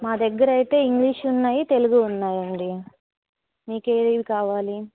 మా దగ్గర అయితే ఇంగ్లీష్ ఉన్నాయి తెలుగు ఉన్నాయండి మీకు ఏది కావాలి